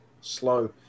slow